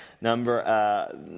number